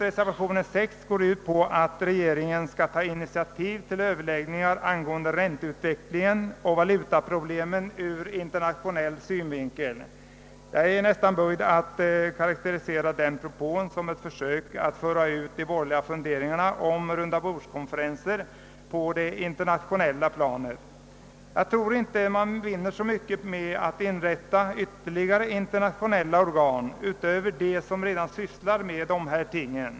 Reservationen 6 går ut på att regeringen skall ta initiativ till överläggningar angående ränteutvecklingen och valutaproblemen ur internationell synvinkel. Jag är nästan böjd att karakterisera den propån som ett försök att föra ut de borgerliga funderingarna om rundabordskonferenser på det internationella planet. Jag tror inte att man vinner så mycket med att inrätta ytterligare internationella organ utöver dem som redan sysslar med dessa ting.